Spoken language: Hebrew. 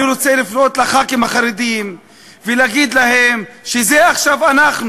אני רוצה לפנות לח"כים החרדים ולהגיד להם שעכשיו זה אנחנו,